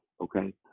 okay